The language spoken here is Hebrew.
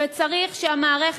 וצריך שהמערכת,